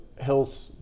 health